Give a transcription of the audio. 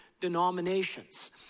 denominations